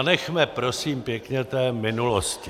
Zanechme prosím pěkně té minulosti.